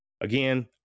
Again